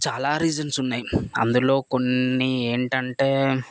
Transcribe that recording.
చాలా రీజన్సు ఉన్నాయి అందులో కొన్ని ఏంటంటే